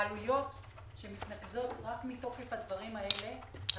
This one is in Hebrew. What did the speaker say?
העלויות שמתנקזות רק מתוקף הדברים האלה על